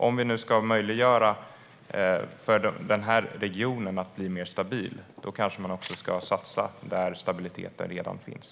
Om vi ska möjliggöra för denna region att bli mer stabil ska man kanske satsa där stabilitet redan finns.